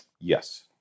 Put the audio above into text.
Yes